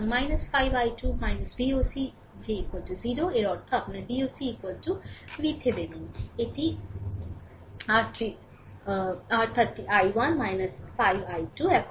সুতরাং 5 i 2 VOC যে 0 এর অর্থ আপনার VOC VThevenin এটি R30 i1 5 i2